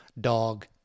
dog